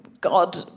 God